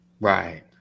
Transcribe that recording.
Right